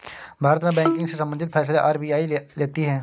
भारत में बैंकिंग से सम्बंधित फैसले आर.बी.आई लेती है